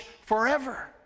forever